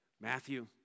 Matthew